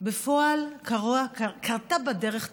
בפועל קרתה בדרך תקלה.